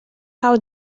how